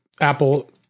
Apple